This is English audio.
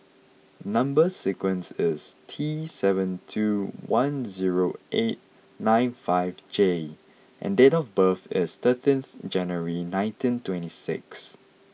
number sequence is T seven two one zero eight nine five J and date of birth is thirteen January nineteen twenty six